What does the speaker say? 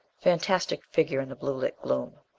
fantastic figure in the blue lit gloom!